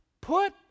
put